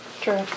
True